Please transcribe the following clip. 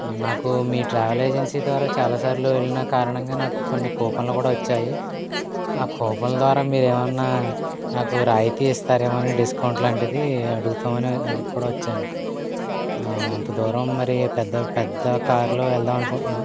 నాకు మీ travel agency ద్వారా చాలా సార్లు వెళ్ళిన కారణంగా నాకు కొన్ని కూపన్లు కూడా వచ్చాయి ఆ కూపన్ల ద్వారా మీరేమన్నా నాకు రాయితీ ఇస్తారెమోనని డిస్కౌంట్ లాంటిది అడుగుతాం అని కూడా వచ్చాను అంతదూరం మరి పెద్ద పెద్ద కారులో వెళ్దామనుకుంటున్నాం